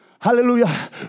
Hallelujah